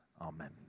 Amen